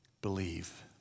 Believe